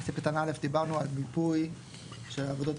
בסעיף קטן (א) דיברנו על מיפוי של עבודות